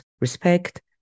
respect